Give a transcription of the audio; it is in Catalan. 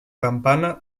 campana